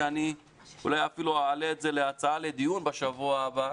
שאני אולי אפילו אעלה כהצעה לדיון בשבוע הבא,